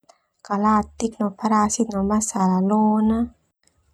Kalatik no parasit no masalah lona.